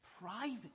private